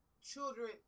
children